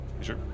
sure